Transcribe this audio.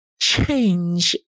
change